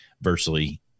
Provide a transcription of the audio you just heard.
virtually